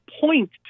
point